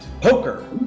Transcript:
Poker